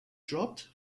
dropped